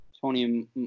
Tony